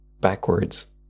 backwards